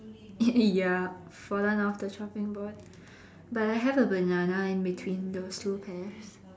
ya fallen off the chopping board but I have a banana in between those two pears